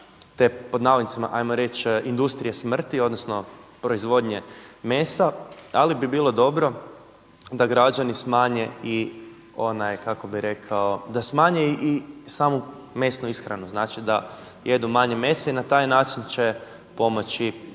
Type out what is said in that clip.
te pod navodnicima 'ajmo reći „industrije smrti“, odnosno proizvodnje mesa. Ali bi bilo dobro da građani smanje i onaj, kako bih rekao, da smanje i samu mesnu ishranu, znači da jedu manje mesa i na taj način će pomoći